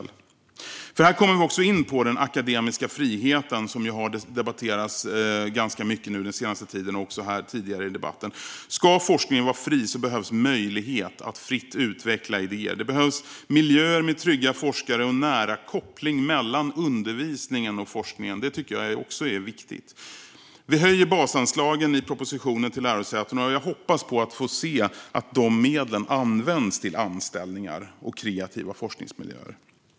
Här kommer vi nämligen också in på den akademiska friheten, som ju har debatterats ganska mycket den senaste tiden - och även tidigare här i debatten. Ska forskningen vara fri behövs möjlighet att fritt utveckla idéer. Det behövs miljöer med trygga forskare och en nära koppling mellan undervisningen och forskningen; det tycker jag också är viktigt. I propositionen höjer vi basanslagen till lärosätena, och jag hoppas få se att de medlen används till anställningar och kreativa forskningsmiljöer.